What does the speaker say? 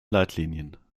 leitlinien